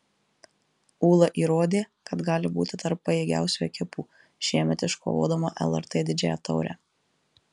ūla įrodė kad gali būti tarp pajėgiausių ekipų šiemet iškovodama lrt didžiąją taurę